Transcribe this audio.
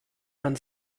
man